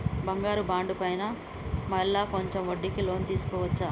బంగారు బాండు పైన మళ్ళా కొంచెం వడ్డీకి లోన్ తీసుకోవచ్చా?